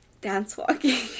dance-walking